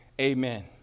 amen